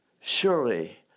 Surely